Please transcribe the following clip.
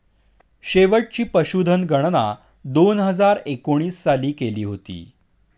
शेवटची पशुधन गणना दोन हजार एकोणीस साली केली होती